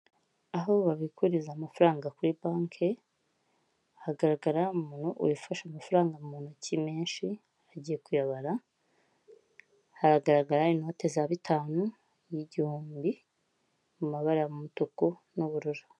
Aho babikuriza amafaranga kuri banki, hagaragara umuntu wifashe amafaranga mu ntoki menshi hagiye kuyabara, hagaragara inote za bitanu n'igihumbi, mu mabara y'umutuku n'ubururu.